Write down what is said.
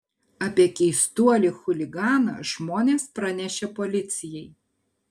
apie keistuolį chuliganą žmonės pranešė policijai